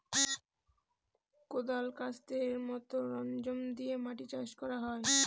কোঁদাল, কাস্তের মতো সরঞ্জাম দিয়ে মাটি চাষ করা হয়